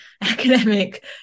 academic